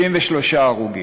33 הרוגים.